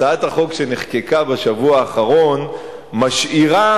הצעת החוק שנחקקה בשבוע האחרון משאירה